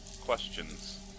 questions